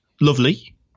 Lovely